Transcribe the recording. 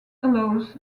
allows